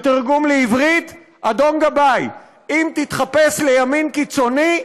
בתרגום לעברית: אדון גבאי, אם תתחפש לימין קיצוני,